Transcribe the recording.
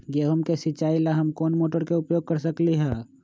गेंहू के सिचाई ला हम कोंन मोटर के उपयोग कर सकली ह?